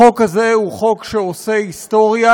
החוק הזה הוא חוק שעושה היסטוריה.